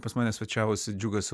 pas mane svečiavosi džiugas